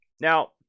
now